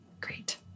Great